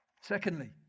secondly